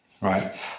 Right